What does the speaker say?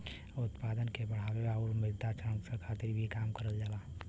उत्पादन के बढ़ावे आउर मृदा संरक्षण खातिर भी काम करल जाला